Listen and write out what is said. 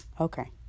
Okay